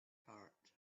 heart